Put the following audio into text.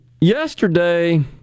yesterday